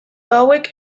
hauek